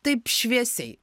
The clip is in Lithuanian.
taip šviesiai